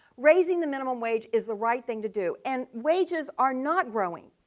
raising the minimum wage is the right thing to do, and wages are not growing.